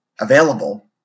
available